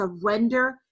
Surrender